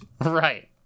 Right